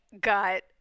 got